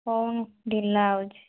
ହଉନି ଢିଲା ହେଉଛି